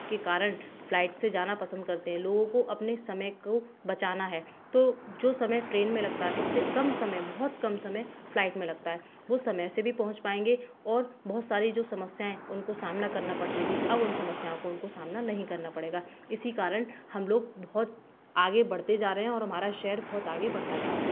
के कारण फ्लाइट से जाना पसंद करते हैं लोगों को अपने समय को बचाना है तो जो समय ट्रेन में लगता है उससे कम समय बहुत कम समय फ्लाइट में लगता है वो समय से भी पहुँच पाएंगे और बहुत सारी जो समस्याऍं उनको सामना करना पड़ती थी तो अब उन समस्याओं को उनको सामना नहीं करना पड़ेगा इसी कारण हम लोग बहुत आगे बढ़ते जा रहे हैं और हमारा शहर बहुत आगे बढ़ता जा रहा है